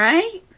Right